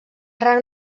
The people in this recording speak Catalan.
rang